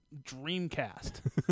Dreamcast